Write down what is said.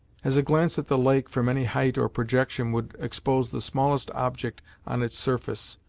as a glance at the lake from any height or projection would expose the smallest object on its surface,